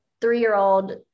three-year-old